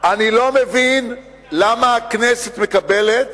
אני לא מבין למה הכנסת מקבלת